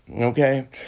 okay